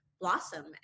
blossom